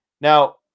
Now